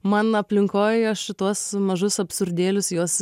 man aplinkoj aš šituos mažus absurdėlius juos